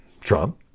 Trump